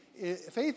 faith